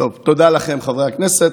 תודה לכם, חברי הכנסת.